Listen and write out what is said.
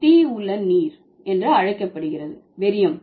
தீ உள்ள நீர் என்று அழைக்கப்படுகிறது வெறியம்